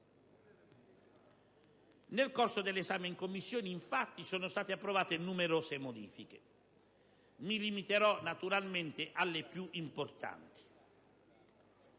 Nel corso dell'esame in Commissione, infatti, sono state approvate numerose modifiche. Mi limiterò, naturalmente, alle più importanti,